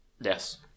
Yes